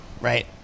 right